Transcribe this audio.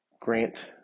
Grant